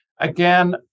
Again